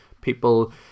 people